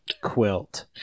quilt